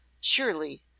SURELY